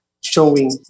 showing